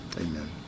Amen